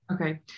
Okay